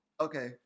Okay